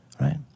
Right